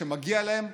שמגיע להם,